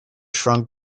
shrunk